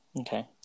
Okay